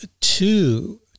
two